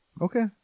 okay